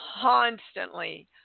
constantly